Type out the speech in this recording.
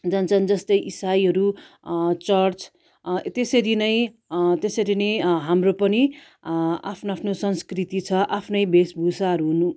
जान्छन् जस्तै इसाईहरू चर्च त्यसरी नै त्यसरी नै हाम्रो पनि आफ्नो आफ्नो संस्कृति छ आफ्नै भेषभूषा हुनु